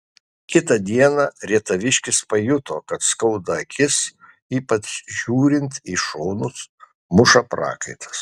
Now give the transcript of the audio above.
kitą dieną rietaviškis pajuto kad skauda akis ypač žiūrint į šonus muša prakaitas